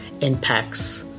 impacts